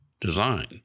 design